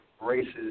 races